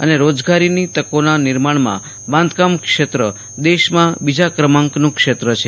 અને રોજગારીની તકોના નિર્માણમાં બાંધકામ ક્ષેત્ર દેશમાં બીજા ક્રમાંકનું ક્ષેત્ર છે